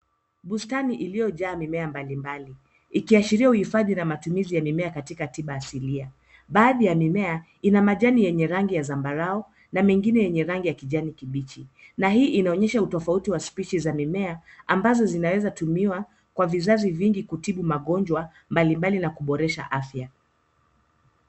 Bustani iliyojaa mimea mbalimbali ikiashiria uhifadhi na utumizi ya mimea mbalimbali katika tiba asilia. Baadhi ya mimea ina majani ya rangi ya zambarau na mengine yenye rangi ya kijani kibichi na hii inaonyesha utofauti wa spishi za mimea ambazo zinaweza tumiwa kwa vizazi vingi kutibu magonjwa mbalimbali na kuboresha afya.